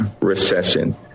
recession